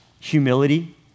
humility